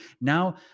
now